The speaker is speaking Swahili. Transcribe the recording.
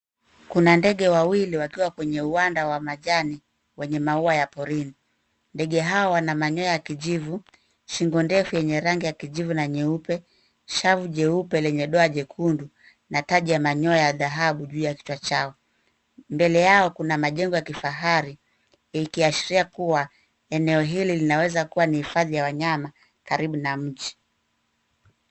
Kuna ndege wawili wakiwa kwenye uwanja wa majani wenye maua wa porini. Ndege hao wana manyoya ya kijivu, shingo ndefu yenye rangi ya kijivu na nyeupe, shavu jeupe lenye doa jekundu na taji ya manyoya ya dhahabu juu ya kichwa chao. Mbele yao kuna majengo ya kifahari, ikiashiria kuwa eneo hili linaweza kuwa ni hifadhi ya wanyama karibu na mji.